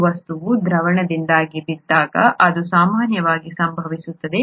ಒಂದು ವಸ್ತುವು ದ್ರಾವಣದಿಂದ ಬಿದ್ದಾಗ ಅದು ಸಾಮಾನ್ಯವಾಗಿ ಸಂಭವಿಸುತ್ತದೆ